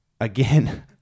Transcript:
again